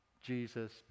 Jesus